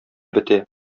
бетә